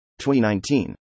2019